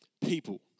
people